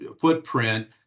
footprint